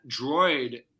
droid